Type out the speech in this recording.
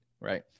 Right